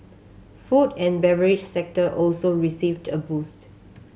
food and beverage sector also received a boost